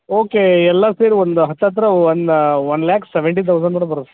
okay ಎಲ್ಲ ಸೇರಿ ಒಂದು ಹತ್ತತ್ರ ಒಂದು ಒನ್ ಲ್ಯಾಕ್ ಸೆವೆಂಟಿ ತೌಝಂಡ್ ಬರುತ್ತೆ ಸರ್